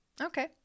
Okay